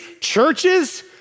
churches